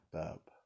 up